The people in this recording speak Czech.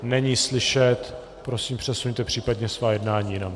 Není slyšet, prosím, přesuňte případně svá jednání jinam.